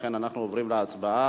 לכן, אנחנו עוברים להצבעה.